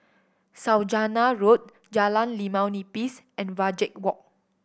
Saujana Road Jalan Limau Nipis and Wajek Walk